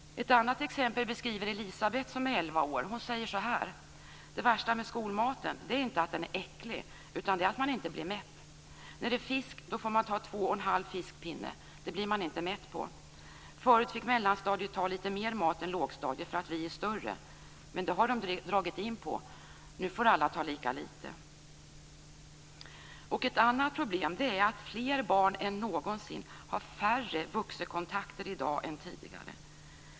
Ett annat exempel beskriver Elisabet som är 11 år. Hon säger så här: Det värsta med skolmaten är inte att den är äcklig, utan det är att man inte blir mätt. När det är fisk får man ta två och en halv fiskpinne. Det blir man inte mätt på. Förut fick mellanstadiet ta litet mer mat än lågstadiet för att vi är större, men det har de dragit in på. Nu får alla ta lika litet. Ett annat problem är att fler barn än någonsin har färre vuxenkontakter i dag än tidigare.